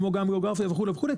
גיאוגרפיה וכולי וכולי.